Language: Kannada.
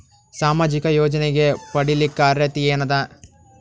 ಸಾಮಾಜಿಕ ಯೋಜನೆ ಪಡಿಲಿಕ್ಕ ಅರ್ಹತಿ ಎನದ?